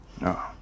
No